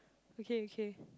okay okay